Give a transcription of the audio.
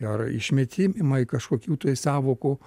ar išmetimai kažkokių tai sąvokų